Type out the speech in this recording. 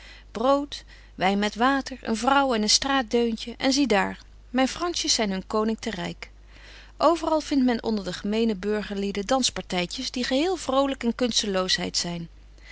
wyn met water een vrouw en een straatdeuntje en zie daar myn franschjes zyn hun koning te ryk overal vindt men onder de gemene burger lieden danspartytjes die geheel vrolyk en kunsteloosheid zyn